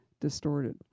distorted